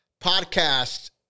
Podcast